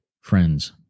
friends